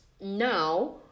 now